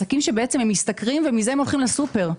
עסקים שמשתכרים ומזה הולכים לסופרמרקט.